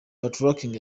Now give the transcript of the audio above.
patoranking